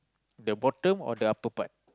the bottom or the upper part